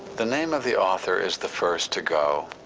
the name of the author is the first to go,